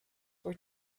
were